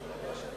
ועדת החוקה.